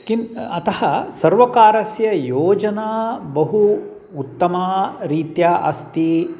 किम् अतः सर्वकारस्य योजना बहु उत्तमा रीत्या अस्ति